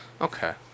Okay